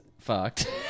fucked